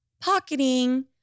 Pocketing